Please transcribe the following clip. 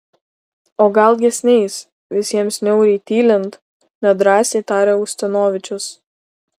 o gal jis neis visiems niauriai tylint nedrąsiai tarė ustinovičius